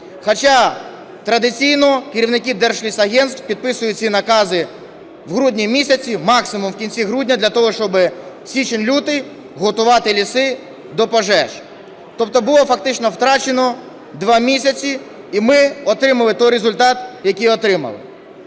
хоча традиційно керівники держлісагентств підписують ці накази в грудні місяці, максимум у кінці грудня, для того, щоб січень-лютий готувати ліси до пожеж. Тобто було фактично втрачено два місяці, і ми отримали той результат, який отримали.